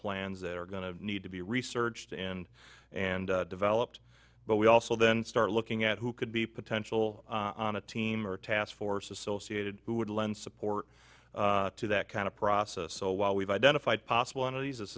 plans that are going to need to be researched and and developed but we also then start looking at who could be potential on a team or task force associated who would lend support to that kind of process so while we've identified possible one of these this